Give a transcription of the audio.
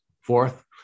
Fourth